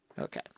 Okay